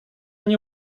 nie